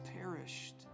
perished